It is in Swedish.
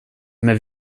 med